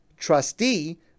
trustee